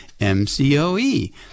MCOE